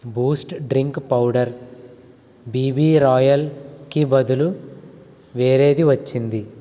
Boost drink powder BB రాయల్కి బదులు వేరేది వచ్చింది